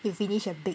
you finish a big